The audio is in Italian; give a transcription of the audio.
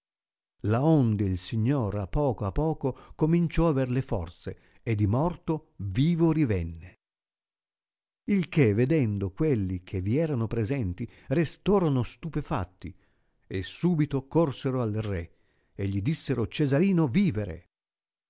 allegrò laonde il signor a poco a poco cominciò aver le forze e di morto vivo rivenne il che vedendo quelli che vi erano presenti restorono stupefatti e subito corsero al re e gli dissero cesarino vivere